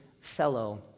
fellow